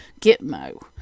Gitmo